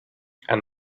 and